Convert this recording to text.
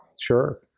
Sure